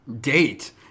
date